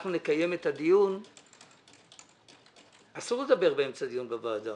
אנחנו נקיים את הדיון אסור לדבר באמצע דיון בוועדה.